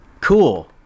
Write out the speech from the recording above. Cool